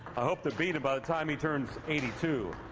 i hope to beat him by the time he turns eighty two.